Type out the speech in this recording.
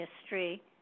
history